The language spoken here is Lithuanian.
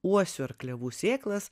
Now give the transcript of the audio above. uosių ar klevų sėklas